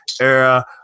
Era